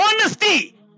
honesty